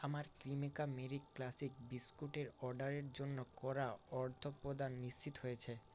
আমার Cremica Marie classic বিস্কুটের অর্ডারের জন্য করা অর্থ প্রদান নিশ্চিত হয়েছে